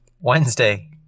Wednesday